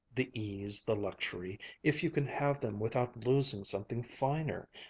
the ease, the luxury, if you can have them without losing something finer.